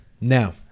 now